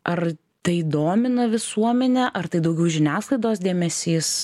ar tai domina visuomenę ar tai daugiau žiniasklaidos dėmesys